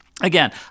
Again